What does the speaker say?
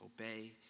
obey